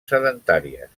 sedentàries